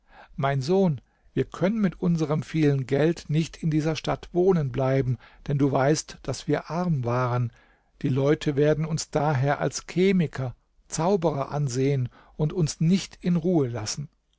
mein sohn wir können mit unserm vielen geld nicht in dieser stadt wohnen bleiben denn du weißt daß wir arm waren die leute werden uns daher als chemiker zauberer ansehen und uns nicht in ruhe lassen